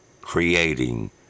creating